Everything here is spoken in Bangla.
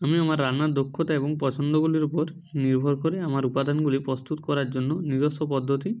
আমি আমার রান্নার দক্ষতা এবং পছন্দগুলির উপর নির্ভর করে আমার উপাদানগুলি প্রস্তুত করার জন্য নিজস্ব পদ্ধতি